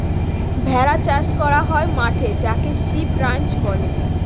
ভেড়া চাষ করা হয় মাঠে যাকে সিপ রাঞ্চ বলে